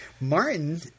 Martin